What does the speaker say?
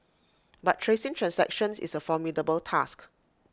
but tracing transactions is A formidable task